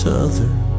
Southern